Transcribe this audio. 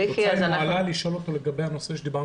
אפשר לשאול אותו לגבי הנושא עליו דיברנו קודם?